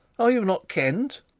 are you not kent?